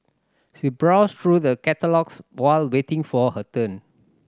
she browsed through the catalogues while waiting for her turn